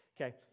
okay